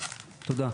תודה.